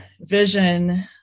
vision